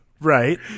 right